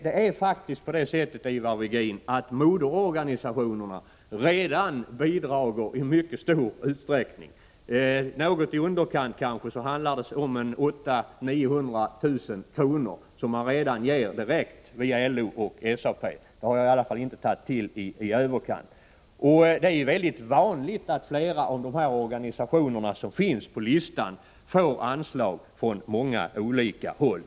Det är faktiskt på det sättet, Ivar Virgin, att moderorganisationerna redan bidrar i mycket stor utsträckning. Det handlar om 800 000 900 000 kr. som ges direkt via LO och SAP. Det är kanske taget något i underkant — jag har i varje fall inte tagit till i överkant. Det är väldigt vanligt att organisationer som finns på listan får anslag från många olika håll.